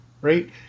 right –